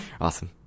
awesome